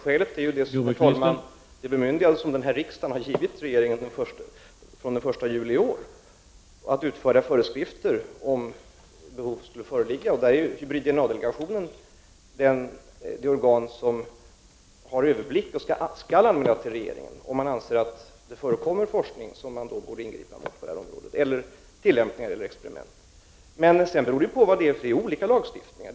Herr talman! Skälet är det bemyndigande som riksdagen har givit regeringen att från den 1 juli i år utfärda föreskrifter om behov skulle föreligga. Hybrid-DNA-delegationen är det organ som har överblicken och som skall anmäla till regeringen om den anser att det förekommer forskning, tillämpningar eller experiment som man borde ingripa mot på det här området. Det beror dock helt på vilken typ av fråga det gäller. Vi har olika lagstiftningar.